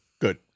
Good